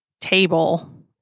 table